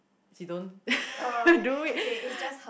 she don't do it